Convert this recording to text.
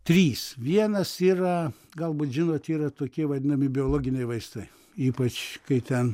trys vienas yra galbūt žinot yra tokie vadinami biologiniai vaistai ypač kai ten